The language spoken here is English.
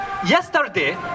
Yesterday